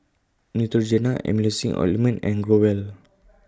Neutrogena Emulsying Ointment and Growell